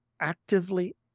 actively